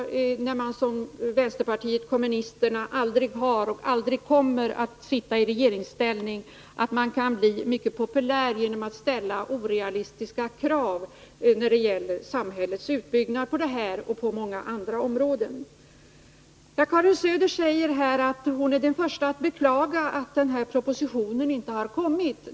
När man som vänsterpartiet kommunisterna aldrig har suttit och aldrig kommer att sitta i regeringsställning är det givetvis lätt att göra sig populär genom att ställa orealistiska krav när det gäller samhällets utbyggnad på detta och många andra områden. Karin Söder säger att hon är den första att beklaga att den här propositionen ännu inte har lagts fram.